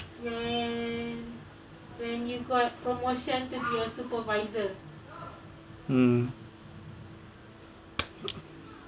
mm